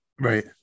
Right